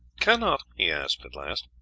cannot, he asked at last,